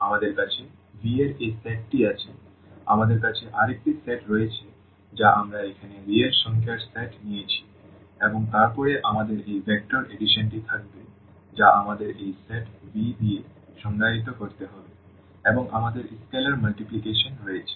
আমাদের কাছে V এর এই সেট টি আছে আমাদের কাছে আরেকটি সেট রয়েছে যা আমরা এখানে রিয়েল সংখ্যার সেট নিয়েছি এবং তারপরে আমাদের এই ভেক্টর এডিশন টি থাকবে যা আমাদের এই সেট V দিয়ে সংজ্ঞায়িত করতে হবে এবং আমাদের স্কেলার মাল্টিপ্লিকেশন রয়েছে